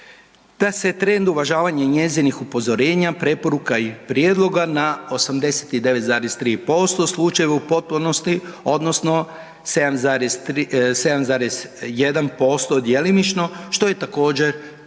Taj se trend uvažavanja njezinih upozorenja, preporuka i prijedloga na 89,3% slučajeva u potpunosti odnosno 7,1% djelomično, što je također